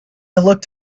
looked